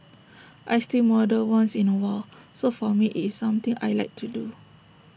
I still model once in A while so for me it's something I Like to do